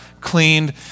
cleaned